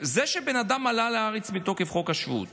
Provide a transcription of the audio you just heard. זה שבן אדם עלה לארץ מתוקף חוק השבות